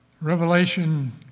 Revelation